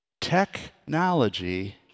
technology